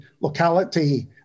locality